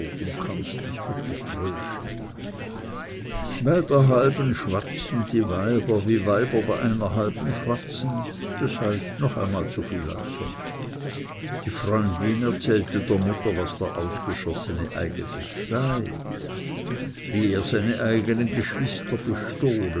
öppe tröste bei der halbi schwatzten die weiber wie weiber bei einer halbi schwatzen das heißt noch einmal so viel als sonst die freundin erzählte der mutter was der ausgeschossene eigentlich sei wie er seine eigenen geschwister bestohlen